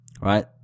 right